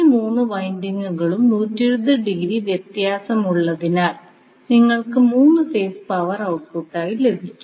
ഈ 3 വൈൻഡിംഗുകളും 120 ഡിഗ്രി വ്യത്യാസമുള്ളതിനാൽ നിങ്ങൾക്ക് 3 ഫേസ് പവർ ഔട്ട്പുട്ടായി ലഭിക്കും